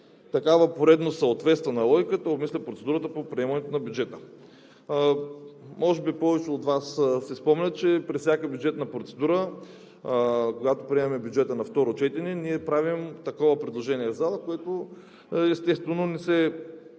Такава поредност съответства на логиката, осмисля процедурата по приемането на бюджета. Може би повечето от Вас си спомнят, че при всяка бюджетна процедура, когато приемаме бюджета на второ четене, ние правим такова предложение в залата, което, естествено, не се